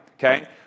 Okay